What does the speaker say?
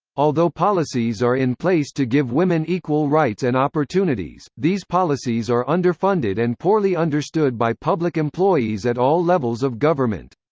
although policies are in place to give women equal rights and opportunities, these policies are underfunded and poorly understood by public employees at all levels of government.